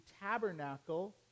tabernacle